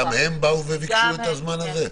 גם הם ביקשו את הזמן הזה?